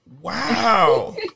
Wow